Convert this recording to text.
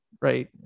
right